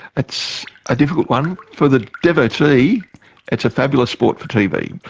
that's a difficult one. for the devotee it's a fabulous sport for tv.